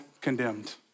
condemned